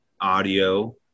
Audio